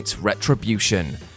Retribution